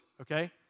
okay